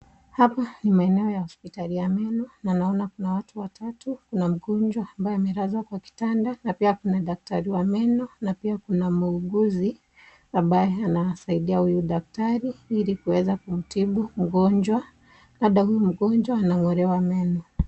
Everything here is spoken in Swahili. Hapa ni maeneo ya hospitali ya meno na naona kuna watu watatu. Kuna mgonjwa ambaye amelazwa kwa kitanda na pia kuna daktari wa meno na pia kuna mwuguzi ambaye anasaidia huyu daktari ili kuweza kumtibu mgonjwa. Labda huyu mgonjwa anang'olewa meno.